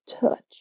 touch